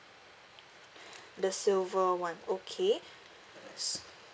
the silver one okay